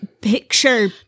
picture